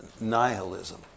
nihilism